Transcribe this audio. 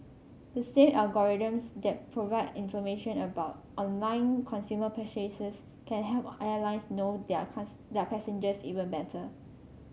the same algorithms that provide information about online consumer purchases can help airlines know their their passengers even better